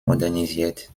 modernisiert